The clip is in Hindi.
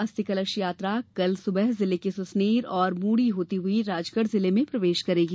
अस्थि कलश यात्रा कल सुबह जिले के सुसनेर और मोड़ी होती हुई राजगढ़ जिले में प्रवेश करेगी